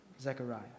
Zechariah